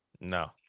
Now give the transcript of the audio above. No